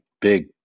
big